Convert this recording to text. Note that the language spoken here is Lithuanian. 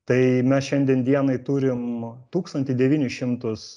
tai mes šiandien dienai turim tūkstantį devynis šimtus